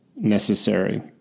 Necessary